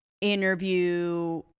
interview